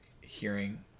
hearing